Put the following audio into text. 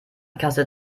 kasse